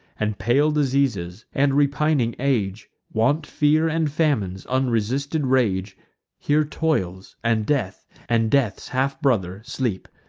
and pale diseases, and repining age, want, fear, and famine's unresisted rage here toils, and death, and death's half-brother, sleep,